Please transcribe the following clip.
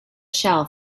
shell